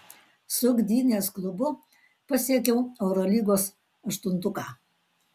su gdynės klubu pasiekiau eurolygos aštuntuką